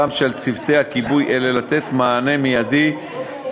מאחר שהם אינם עובדי מדינה,